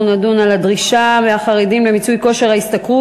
אנחנו נדון בדרישה מהחרדים למיצוי כושר השתכרות